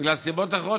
בגלל סיבות אחרות,